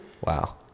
wow